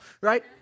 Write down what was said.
right